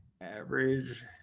Average